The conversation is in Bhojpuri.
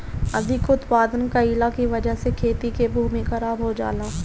अधिक उत्पादन कइला के वजह से खेती के भूमि खराब हो जाला